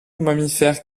mammifère